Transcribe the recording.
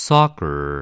Soccer